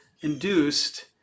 induced